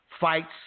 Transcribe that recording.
fights